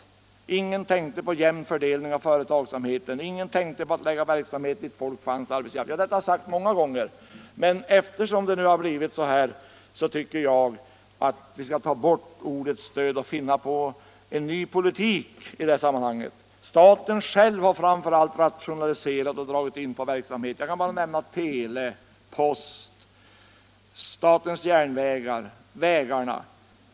Ingen tänkte på jämn fördelning av företagsamheten, ingen tänkte på att förlägga verksamhet dit där folk fanns. Detta har jag sagt många gånger, men eftersom det nu blivit så här tycker jag att vi skall avskaffa ordet ”stöd” och gå in för en ny politik i detta sammanhang. Framför allt har ju staten själv rationaliserat och dragit in verksamhet — jag kan bara nämna tele, post, järnvägar, vägar.